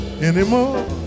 anymore